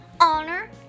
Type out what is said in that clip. honor